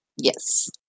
Yes